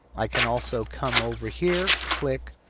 i can also come over here. click.